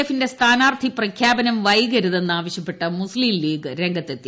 എഫിന്റെ സ്ഥാനാർത്ഥി പ്രഖ്യാപനം വൈകരുതെന്ന് ആവശ്യപ്പെട്ട് മുസ്തീംലീഗ് രംഗത്തെത്തി